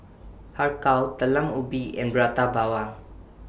Har Kow Talam Ubi and Prata Bawang